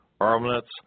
armlets